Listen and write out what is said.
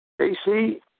AC